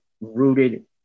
rooted